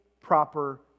proper